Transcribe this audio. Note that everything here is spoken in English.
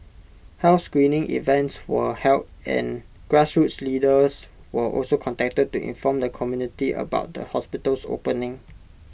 health screening events were held and grassroots leaders were also contacted to inform the community about the hospital's opening